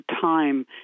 time